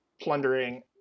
plundering